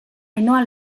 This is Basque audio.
ainhoa